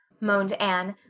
moaned anne.